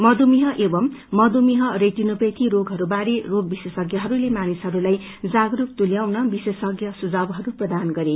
मधुमेह एंव मधुमेह रेटिनोपेथी रोगहरूबारे रोग विशेषज्ञहरूले मानिसहरूलाई जागरूक तुल्याउन विशेषज्ञ सुझावहरू प्रदान गरे